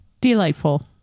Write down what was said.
delightful